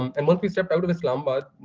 um and once we stepped out of islamabad,